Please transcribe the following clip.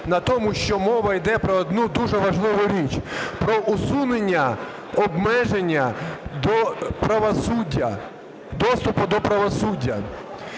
на тому, що мова йде про одну дуже важливу річ – про усунення обмеження до правосуддя, доступу до правосуддя.